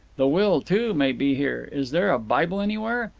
the will, too, may be here. is there a bible anywhere?